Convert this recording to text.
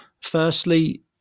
Firstly